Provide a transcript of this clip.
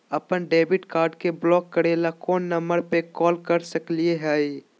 अपन debit card के block करे ला कौन नंबर पे कॉल कर सकली हई?